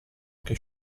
che